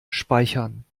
speichern